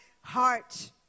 heart